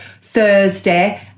Thursday